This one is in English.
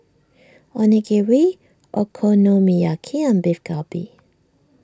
Onigiri Okonomiyaki and Beef Galbi